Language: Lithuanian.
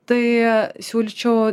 tai siūlyčiau